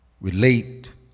Relate